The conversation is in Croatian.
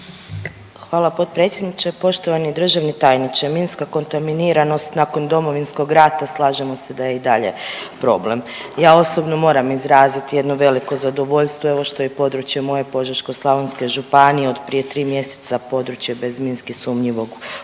Hvala potpredsjedniče. Poštovani državni tajniče, minska kontaminiranost nakon Domovinskog rata, slažemo se da i dalje problem. Ja osobno moram izraziti jedno veliko zadovoljstvo, evo, što je i područje moje Požeško-slavonske županije od prije 3 mjeseca područje bez minski sumnjivog područja,